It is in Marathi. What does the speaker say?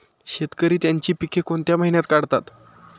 शेतकरी त्यांची पीके कोणत्या महिन्यात काढतात?